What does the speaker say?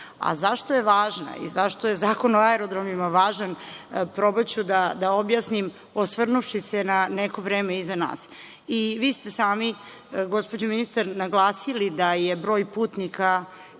Zašto je važna i zašto je Zakon o aerodromima važan, probaću da objasnim, osvrnuvši se na neko vreme iza nas. Vi ste sami, gospođo ministar, naglasili da je broj putnika